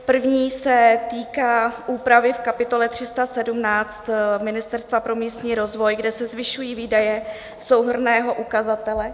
První se týká úpravy v kapitole 317 Ministerstva pro místní rozvoj, kde se zvyšují výdaje souhrnného ukazatele...